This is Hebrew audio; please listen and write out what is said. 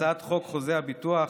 הצעת חוק חוזה הביטוח,